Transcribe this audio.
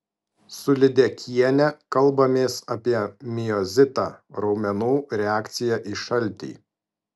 su lydekiene kalbamės apie miozitą raumenų reakciją į šaltį